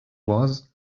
was